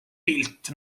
pilt